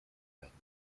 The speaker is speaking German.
werden